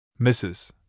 Mrs